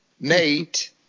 Nate